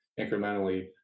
incrementally